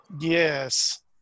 Yes